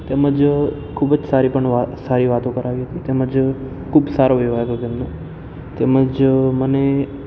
તેમજ ખૂબ જ સારી પણ સારી વાતો કરાવી હતી તેમજ ખૂબ સારો વ્યવહાર હતો તેમનો તેમજ મને